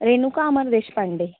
Renuka Amar Deshpande